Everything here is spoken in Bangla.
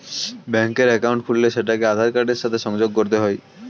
ব্যাঙ্কের অ্যাকাউন্ট খুললে সেটাকে আধার কার্ডের সাথে সংযোগ করতে হয়